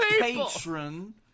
Patron